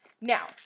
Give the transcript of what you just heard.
now